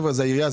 זה העירייה,